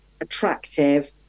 attractive